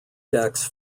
decks